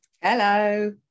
Hello